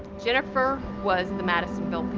jennifer was the madisonville